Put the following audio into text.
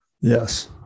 Yes